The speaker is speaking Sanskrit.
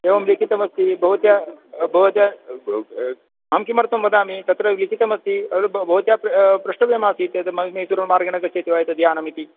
एवम् लिखितमस्ति भवत्या भवत्या अहं किमर्थं वदामि तत्र लिखितमस्ति भवत्या पृष्टव्यमासीत् म मैसूरुमार्गेण गच्छति वा एतत् यानम् इति